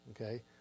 okay